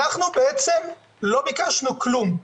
אנחנו לא ביקשנו כלום.